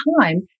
time